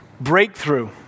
breakthrough